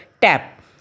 tap